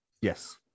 Yes